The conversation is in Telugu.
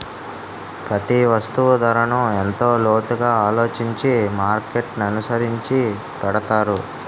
ప్రతి వస్తువు ధరను ఎంతో లోతుగా ఆలోచించి మార్కెట్ననుసరించి పెడతారు